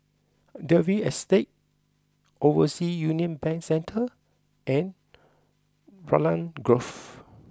Dalvey Estate Overseas Union Bank Centre and Raglan Grove